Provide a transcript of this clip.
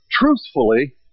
truthfully